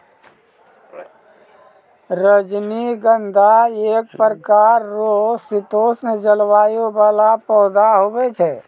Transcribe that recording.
रजनीगंधा एक प्रकार रो शीतोष्ण जलवायु वाला पौधा हुवै छै